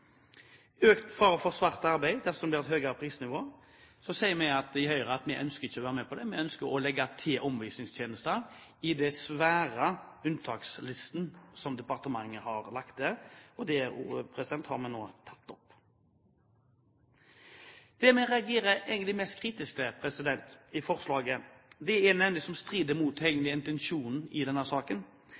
for svart arbeid dersom det blir et høyere prisnivå. Derfor sier vi i Høyre at vi ikke ønsker å være med på det. Vi ønsker å legge til omvisningstjenester i den svære unntakslisten som departementet har lagt til, og det har vi nå tatt opp. Det vi reagerer på og er mest kritisk til i forslaget, er nemlig det som strider mot den egentlige intensjonen i denne saken,